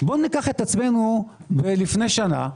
ניקח עצמנו לפני שנה,